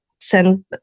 send